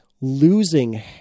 losing